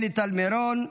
שלי טל מירון,